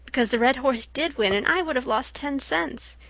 because the red horse did win, and i would have lost ten cents.